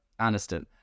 Aniston